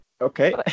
Okay